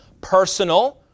personal